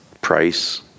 price